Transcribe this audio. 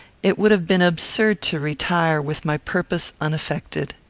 it would have been absurd to retire with my purpose uneffected.